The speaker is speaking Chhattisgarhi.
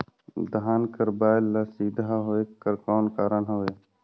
धान कर बायल सीधा होयक कर कौन कारण हवे?